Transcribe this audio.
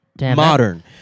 modern